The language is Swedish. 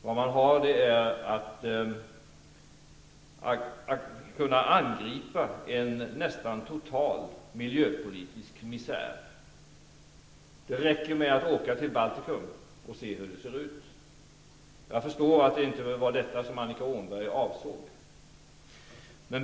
Vad man har att göra där är att kunna aktivt angripa en nästan total miljöpolitisk missär. Det räcker med att åka till Baltikum och se hur det är där. Men jag förstår att det inte var detta som Annika Åhnberg avsåg.